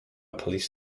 police